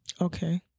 Okay